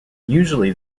usually